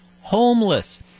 homeless